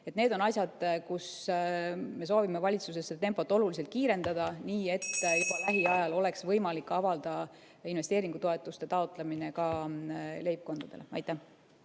Need on asjad, kus me soovime valitsuses tempot oluliselt kiirendada, (Juhataja helistab kella.) nii et juba lähiajal oleks võimalik avada investeeringutoetuste taotlemine ka leibkondadele. Aitäh!